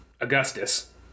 Augustus